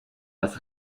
was